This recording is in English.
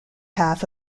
half